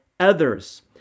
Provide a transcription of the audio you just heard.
others